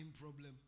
problem